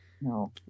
no